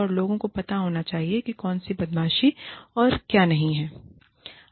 और लोगों को पता होना चाहिए कि कौनसीं बदमाशी है और क्या नहीं है